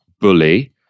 bully